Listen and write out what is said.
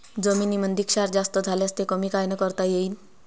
जमीनीमंदी क्षार जास्त झाल्यास ते कमी कायनं करता येईन?